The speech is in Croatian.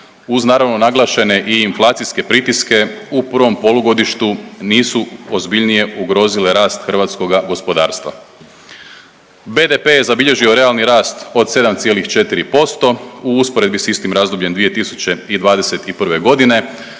uz naravno naglašene i inflacijske pritiske u prvom polugodištu nisu ozbiljnije ugrozile rast hrvatskoga gospodarstva. BDP je zabilježio realni rast od 7,4% u usporedbi s istim razdobljem 2021. godine